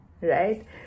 right